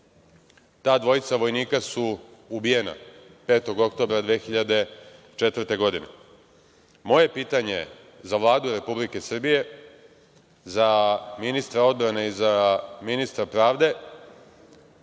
ta dvojica vojnika su ubijena 5. oktobra 2004. godine. Moje pitanje za Vladu Republike Srbije, za ministra odbrane i za ministra pravde